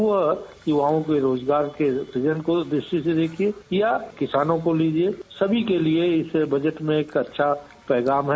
वह युवाओं में रोजगार के सृजन की दृष्टि से देखिये या किसानों को लीजिये सभी के लिये इस बजट में एक अच्छा पैगाम है